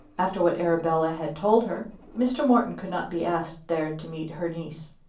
after what arabella had told her mr. morton could not be asked there to meet her niece.